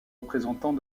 représentants